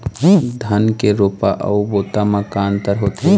धन के रोपा अऊ बोता म का अंतर होथे?